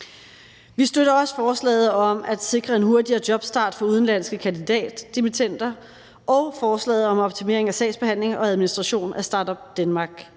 Vi støtter også forslaget om at sikre en hurtigere jobstart for udenlandske kandidatdimittender og forslaget om optimering af sagsbehandling og administration af Start-up